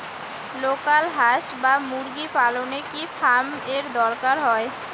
Local হাস বা মুরগি পালনে কি ফার্ম এর দরকার হয়?